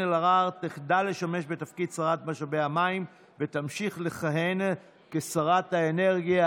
אלהרר תחדל לשמש בתפקיד שרת משאבי המים ותמשיך לכהן כשרת האנרגיה,